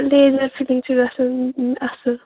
laser filling چھِ گَژھان اَصٕل